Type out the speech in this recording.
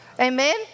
Amen